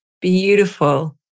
Beautiful